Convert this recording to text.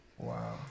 Wow